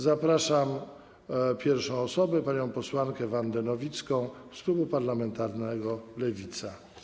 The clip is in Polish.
Zapraszam pierwszą osobę, panią posłankę Wandę Nowicką z klubu parlamentarnego Lewica.